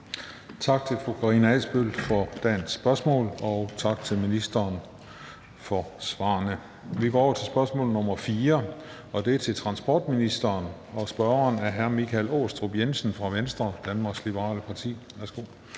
Tak til fru Karina Adsbøl for dagens spørgsmål, og tak til ministeren for svarene. Vi går over til spørgsmål nr. 4, og det er til transportministeren, og spørgeren er hr. Michael Aastrup Jensen fra Venstre, Danmarks Liberale Parti.